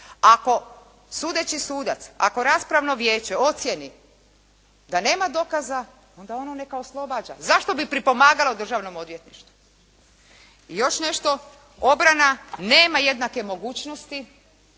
Ako sudeći sudac, ako raspravno vijeće ocijeni da nema dokaza, onda ono neka oslobađa. Zašto bi pripomagalo Državnom odvjetništvu? I još nešto, obrana nema jednake mogućnosti